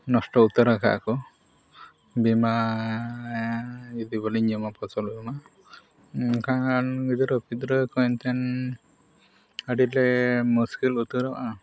ᱱᱚᱥᱴᱚ ᱩᱛᱟᱹᱨ ᱟᱠᱟᱫᱼᱟᱠᱚ ᱵᱤᱢᱟᱻ ᱡᱩᱫᱤ ᱵᱟᱹᱞᱤᱧ ᱧᱟᱢᱟ ᱯᱷᱚᱥᱚᱞ ᱵᱤᱢᱟ ᱮᱱᱠᱷᱟᱱ ᱜᱤᱫᱽᱨᱟᱹᱼᱯᱤᱫᱽᱨᱟᱹ ᱠᱚ ᱮᱱᱛᱮ ᱟᱹᱰᱤᱞᱮ ᱢᱩᱥᱠᱤᱞ ᱩᱛᱟᱹᱨᱚᱜᱼᱟ